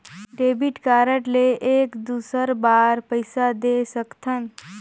Debit card ले एक दुसर बार पइसा दे सकथन?